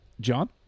John